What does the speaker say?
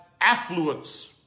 affluence